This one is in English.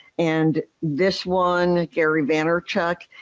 and this one, gary vaynerchuk,